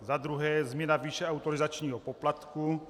Za druhé, změna výše autorizačního poplatku.